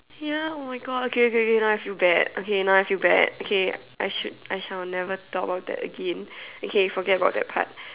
ya oh my God okay okay okay now I feel bad now I feel bad okay I should I shall never talk about that again okay forget about that part